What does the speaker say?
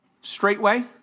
Straightway